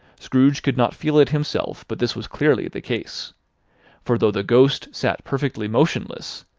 scrooge could not feel it himself, but this was clearly the case for though the ghost sat perfectly motionless,